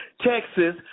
Texas